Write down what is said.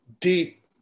deep